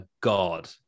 god